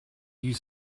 you